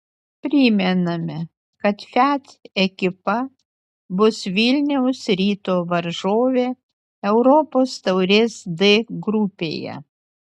primename kad fiat ekipa bus vilniaus ryto varžovė europos taurės d grupėje